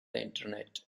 internet